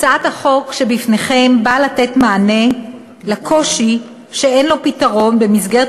הצעת החוק שבפניכם באה לתת מענה על קושי שאין לו פתרון במסגרת